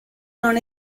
non